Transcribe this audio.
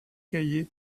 cahiers